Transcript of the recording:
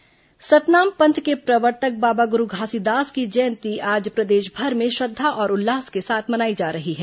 घासीदास जयंती सतनाम पंथ के प्रवर्तक बाबा गुरू घासीदास की जयंती आज प्रदेशभर में श्रद्धा और उल्लास के साथ मनाई जा रही है